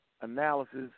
analysis